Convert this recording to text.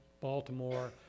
Baltimore